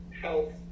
health